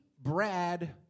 Brad